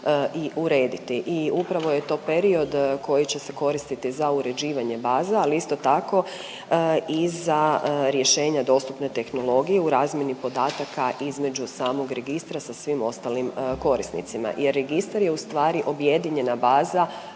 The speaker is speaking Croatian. i urediti. I upravo je to period koji će se koristiti za uređivanje baza, ali isto tako i za rješenja o dostupnoj tehnologiji u razmjeni podataka između samog registra sa svim ostalim korisnicima jer registar je ustvari objedinjena baza